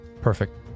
perfect